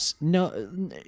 no